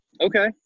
Okay